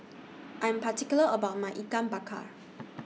I Am particular about My Ikan Bakar